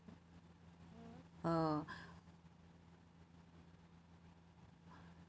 ah